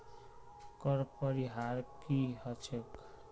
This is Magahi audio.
कर परिहार की ह छेक